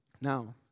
Now